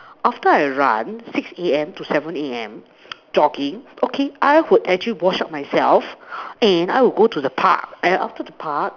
after I run six A_M to seven A_M jogging okay I would actually wash up myself and I'll go to the Park and after the Park